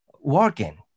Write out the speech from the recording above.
working